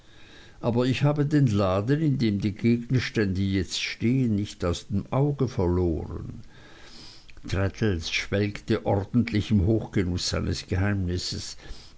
aber ich habe den laden in dem die gegenstände jetzt stehen nicht aus dem auge verloren traddles schwelgte ordentlich im hochgenuß seines geheimnisses